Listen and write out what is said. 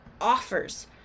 offers